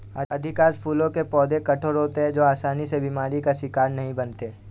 अधिकांश फूलों के पौधे कठोर होते हैं जो आसानी से बीमारी का शिकार नहीं बनते